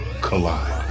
collide